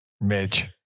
Midge